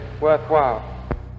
worthwhile